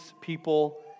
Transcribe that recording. people